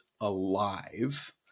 alive